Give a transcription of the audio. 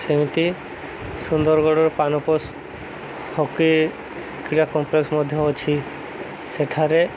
ସେମିତି ସୁନ୍ଦରଗଡ଼ର ପାନପୋଷ ହକି କ୍ରୀଡ଼ା କମ୍ପ୍ଲେକ୍ସ ମଧ୍ୟ ଅଛି ସେଠାରେ